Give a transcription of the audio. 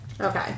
Okay